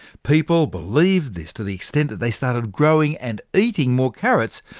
people believed this to the extent that they started growing and eating more carrots,